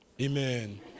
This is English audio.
amen